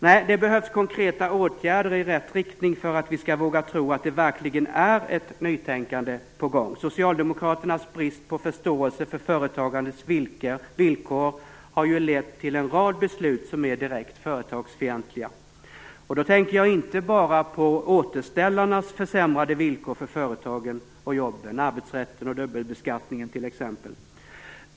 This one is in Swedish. Nej, det behövs konkreta åtgärder i rätt riktning för att vi skall våga tro att det verkligen är ett nytänkande på gång. Socialdemokraternas brist på förståelse för företagandets villkor har ju lett till en rad beslut som är direkt företagsfientliga. Och då tänker jag inte bara på återställarnas försämrade villkor för företagen och jobben, t.ex. arbetsrätten och dubbelbeskattningen.